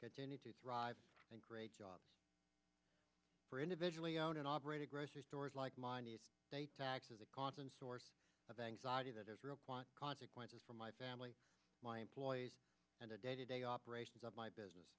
continue to thrive and create jobs for individually owned and operated grocery stores like minded state taxes a constant source of anxiety that is real want consequences for my family my employees and the day to day operations of my business